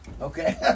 Okay